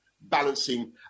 balancing